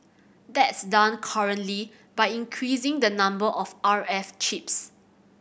that's done currently by increasing the number of R F chips